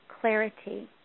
clarity